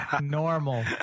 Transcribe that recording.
normal